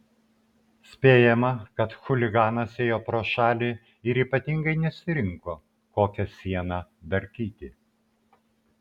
spėjama kad chuliganas ėjo pro šalį ir ypatingai nesirinko kokią sieną darkyti